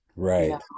right